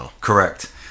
Correct